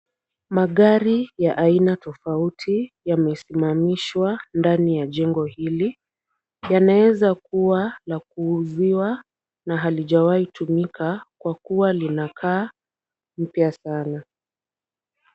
Magari ya aina tofauti yamesimamishwa ndani ya jengo hili. Yanaeza kuwa la kuuziwa na halijawai tumika kwa kuwa linakaa mpya sana.